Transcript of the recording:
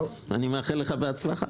אני מאחל לך הצלחה.